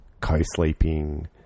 co-sleeping